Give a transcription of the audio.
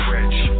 Rich